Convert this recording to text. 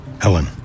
Helen